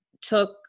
took